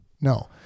no